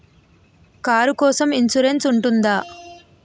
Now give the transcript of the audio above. Car కోసం insurance ఉంటుందా?